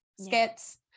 skits